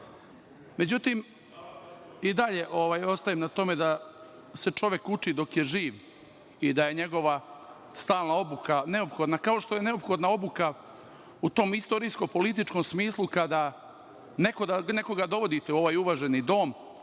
škola.Međutim, i dalje ostajem na tome da se čovek uči dok je živ, i da je njegova stalna obuka neophodna, kao što je neophodna obuka u tom istorijsko političkom smislu kada nekoga dovodite u ovaj uvaženi dom